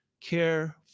Care